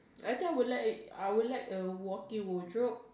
I think I would like I would like a walking wardrobe